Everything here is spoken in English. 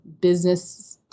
business